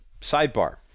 sidebar